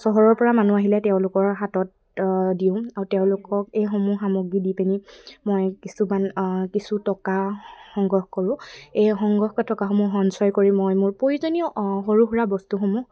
চহৰৰ পৰা মানুহ আহিলে তেওঁলোকৰ হাতত দিওঁ আৰু তেওঁলোকক এইসমূহ সামগ্ৰী দি পিনি মই কিছুমান কিছু টকা সংগ্ৰহ কৰোঁ এই সংগ্ৰহ টকাসমূহ সঞ্চয় কৰি মই মোৰ প্ৰয়োজনীয় সৰু সুৰা বস্তুসমূহ